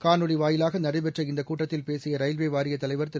காணொலி வாயிலாக நடைபெற்ற இந்த கூட்டத்தில் பேசிய ரயில்வே வாரிய தலைவர் திரு